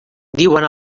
diuen